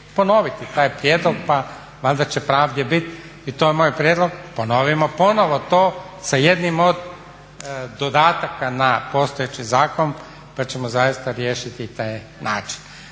ponoviti taj prijedlog pa valjda će pravde bit i to je moj prijedlog ponovimo ponovno to sa jednim od dodataka na postojeći zakon pa ćemo zaista riješiti i te načine.